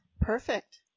Perfect